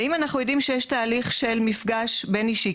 אם אנחנו יודעים שיש תהליך של מפגש בין אישי,